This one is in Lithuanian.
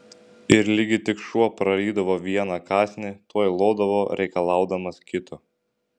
ir ligi tik šuo prarydavo vieną kąsnį tuoj lodavo reikalaudamas kito